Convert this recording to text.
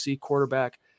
quarterback